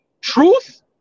Truth